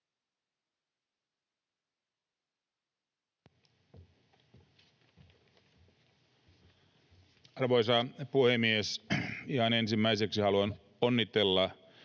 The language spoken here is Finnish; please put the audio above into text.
Arvoisa puhemies! Ihan ensimmäiseksi haluan onnitella